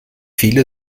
viele